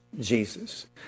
Jesus